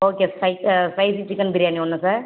okay ஸ்பை spicy chicken biryani ஒன்று sir